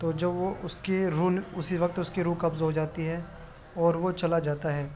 تو جب وہ اس کی روح اسی وقت اس کی روح قبض ہو جاتی ہے اور وہ چلا جاتا ہے